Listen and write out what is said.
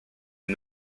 est